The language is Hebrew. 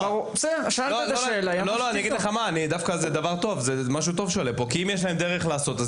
זה משהו טוב שעולה כאן כי אם יש להם דרך לעשות אז